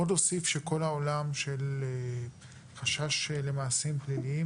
עוד אוסיף שכל העולם של חשש למעשים פליליים